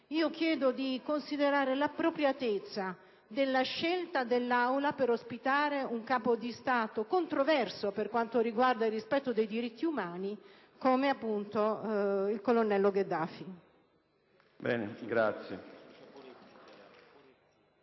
Chiedo di considerare l'appropriatezza della scelta dell'Aula del Senato per ospitare un Capo di Stato controverso per quanto riguarda il rispetto dei diritti umani, come appunto il colonnello Gheddafi.*(Applausi